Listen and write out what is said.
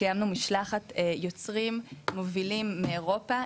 קיימנו משלחת יוצרים מובילים מאירופה,